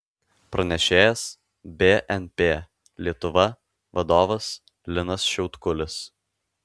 pranešėjas bnp lietuva vadovas linas šiautkulis